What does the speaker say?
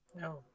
no